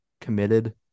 committed